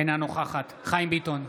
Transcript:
אינה נוכחת חיים ביטון,